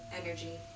energy